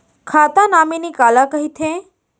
खाता नॉमिनी काला कइथे?